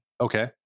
Okay